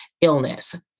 illness